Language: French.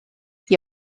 qui